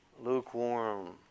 Lukewarm